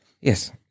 Yes